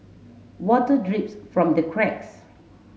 water drips from the cracks